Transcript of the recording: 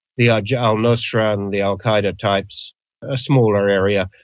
the ah jabhat al-nusra and the al qaeda types a smaller area.